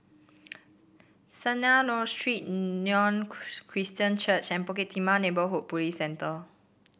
Street Christian Church and Bukit Timah Neighbourhood Police Centre